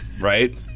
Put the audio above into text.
right